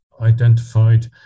identified